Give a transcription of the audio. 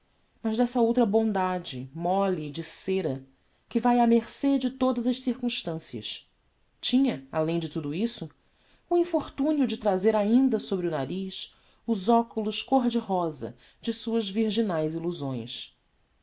mas dessa outra bondade molle e de cera que vai á mercê de todas as circumstancias tinha além de tudo isso o infortunio de trazer ainda sobre o nariz os oculos côr de rosa de suas virginaes illusões